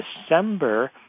December